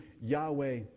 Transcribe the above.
Yahweh